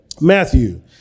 Matthew